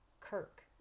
Kirk